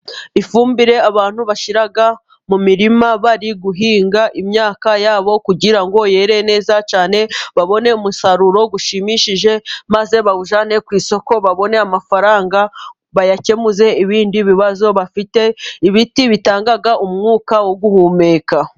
Ifumbire abantu bashyira mu mirima bari guhinga imyaka yabo kugira ngo yere neza cyane, babone umusaruro ushimishije, maze bawujyane ku isoko babone amafaranga, bayakemuze ibindi bibazo bafite. Ibiti bitanga umwuka wo guhumeka.